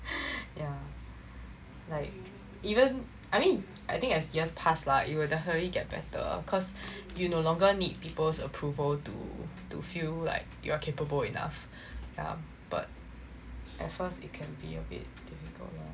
yeah like even I mean I think as years passed lah it will definitely get better cause you no longer need people's approval to to feel like you're capable enough yeah but at first it can be a bit difficult lor